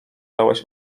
dałeś